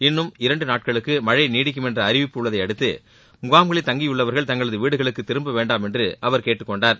இன்னும் இரண்டு நாட்களுக்கு மழை நீடிக்கும் என்ற அறிவிப்பு உள்ளதை அடுத்து முகாம்களில் தங்கியுள்ளவர்கள் தங்களது வீடுகளுக்கு திரும்ப வேண்டாம் என்று அவர் கேட்டுக் கொண்டார்